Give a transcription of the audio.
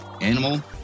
animal